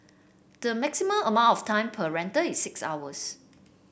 the maximum amount of time per rental is six hours